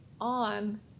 on